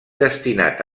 destinat